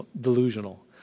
delusional